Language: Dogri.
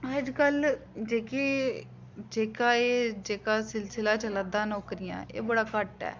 अज्जकल जेह्की जेह्का एह् जेह्का सिलसला चला दा नौकरियां एह् बड़ा घट्ट ऐ